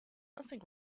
nothing